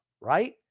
right